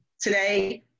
today